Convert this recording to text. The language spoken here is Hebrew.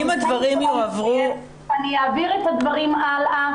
אני כן אציין שאני אעביר את הדברים הלאה,